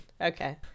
Okay